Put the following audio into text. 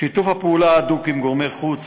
שיתוף פעולה הדוק עם גורמי חוץ,